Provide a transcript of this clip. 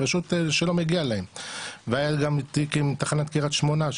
פשוט שלא מגיע להם והיה גם תיק עם תחנת קריית שמונה,